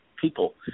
people